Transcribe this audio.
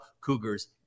Cougars